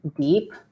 deep